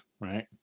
right